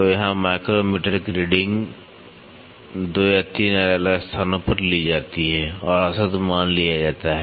तो यहाँ माइक्रोमीटर की रीडिंग 2 या 3 अलग अलग स्थानों पर ली जाती है और औसत मान लिया जाता है